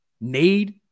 need